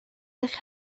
eich